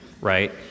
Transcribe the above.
right